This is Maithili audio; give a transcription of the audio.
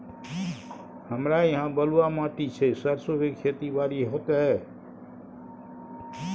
हमरा यहाँ बलूआ माटी छै सरसो के खेती बारी होते?